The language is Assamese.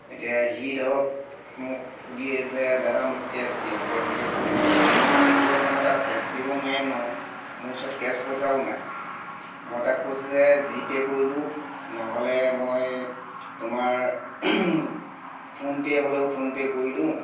এতিয়া সি ধৰক মোক সুধিয়ে যে দাদা মোক কেশ্ব দিয়ক কেশ্ব দিয়ক বুলি কৈ আছে গতিকেতো মই তাক কেশ্ব দিব নোৱাৰিম নহয় মোৰ ওচৰত কেশ্ব পইচাও নাই মই তাক কৈছোঁ যে জি পে' কৰি দিওঁ নহ'লে মই তোমাৰ ফোন পে' হ'লেও ফোন পে' কৰি দিওঁ